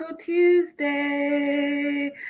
Tuesday